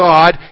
God